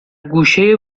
گوشه